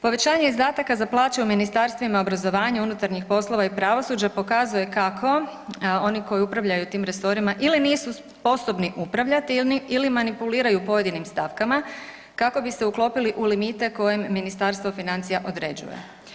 Povećanje izdataka za plaće u Ministarstvima obrazovanja, unutarnjih poslova i pravosuđa pokazuje kako oni koji upravljaju tim resorima ili nisu sposobni upravljati ili manipuliraju pojedinim stavkama kako bi se uklopili u limite koje Ministarstvo financija određuje.